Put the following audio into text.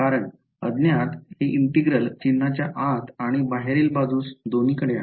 कारण अज्ञात हे इंटिग्रल चिन्हाच्या आत आणि बाहेरील बाजूस दोन्ही कडे आहे